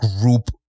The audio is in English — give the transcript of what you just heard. group